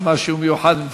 זה משהו מיוחד,